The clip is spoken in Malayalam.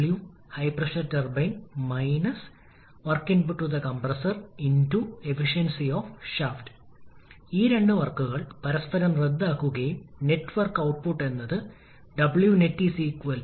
അതിനാൽ മുകളിലുള്ള പദപ്രയോഗം നമുക്ക് ഇങ്ങനെ എഴുതാം നമ്മൾ ഈ ഇന്റർകൂളിംഗ് ഇട്ടതിന് ശേഷം കംപ്രസ്സറിന് ആവശ്യമായ വർക്ക് ഇൻപുട്ട് ഇതാണ്